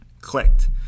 clicked